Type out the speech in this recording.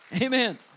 Amen